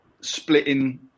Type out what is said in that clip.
splitting